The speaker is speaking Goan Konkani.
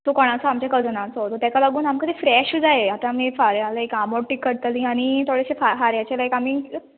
तो कोणाचो आमच्या कजनाचो सो तेका लागून आमकां फ्रेशू जाय आतां आमी एक खाऱ्या आमी आबोंट तीख कोरतली आनी थोडेशें खाऱ्याचें आमी